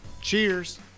Cheers